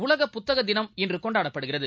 உலக புத்தக தினம் இன்று கொண்டாடப்படுகிறது